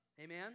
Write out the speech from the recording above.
Amen